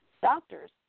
Doctors